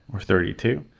or thirty two.